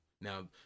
Now